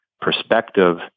perspective